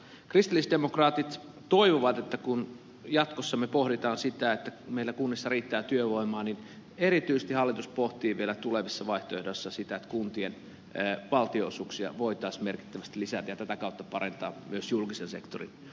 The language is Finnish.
kristillisdemokraatit toivovat että kun jatkossa me pohdimme sitä että meillä kunnissa riittää työvoimaa niin erityisesti hallitus pohtii vielä tulevissa vaihtoehdoissaan sitä että kuntien valtionosuuksia voitaisiin merkittävästi lisätä ja tätä kautta parantaa myös julkisen sektorin